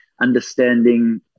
understanding